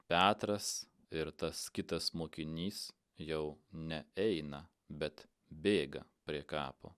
petras ir tas kitas mokinys jau ne eina bet bėga prie kapo